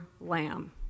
lamb